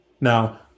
Now